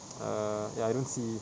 err ya I don't see